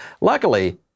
Luckily